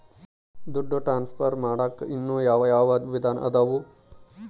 ದುಡ್ಡು ಟ್ರಾನ್ಸ್ಫರ್ ಮಾಡಾಕ ಇನ್ನೂ ಯಾವ ಯಾವ ವಿಧಾನ ಅದವು?